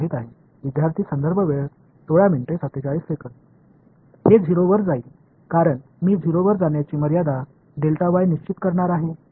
विद्यार्थी हे 0 वर जाईल कारण मी 0 वर जाण्याची मर्यादा निश्चित करणार आहे